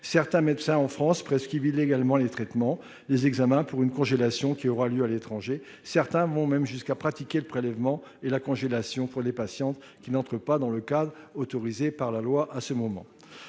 Certains médecins, en France, prescrivent illégalement les traitements et les examens, en vue d'une congélation qui aura lieu à l'étranger. Certains vont même jusqu'à pratiquer le prélèvement et la congélation pour les patientes qui n'entrent pas dans le cadre autorisé par la loi. Aux termes